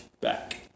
back